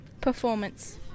performance